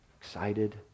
excited